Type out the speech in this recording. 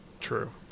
True